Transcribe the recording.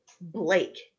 Blake